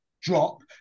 drop